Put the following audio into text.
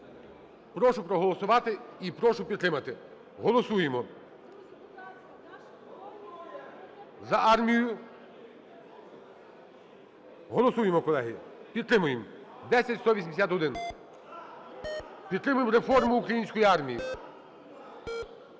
Прошу проголосувати. І прошу підтримати. Голосуємо. За армію. Голосуємо, колеги. Підтримуємо. 10181. Підтримуємо реформу української армії. 10:40:26